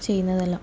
ചെയ്യുന്നതെല്ലാം